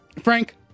Frank